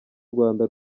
rwanda